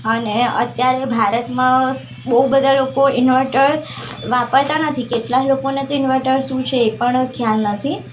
અને અત્યારે ભારતમાં બહુ બધા લોકો ઇન્વર્ટર વાપરતા નથી કેટલાક લોકોને તો ઇન્વર્ટર શું છે એ પણ ખ્યાલ નથી